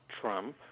Trump